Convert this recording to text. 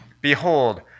Behold